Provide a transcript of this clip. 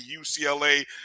UCLA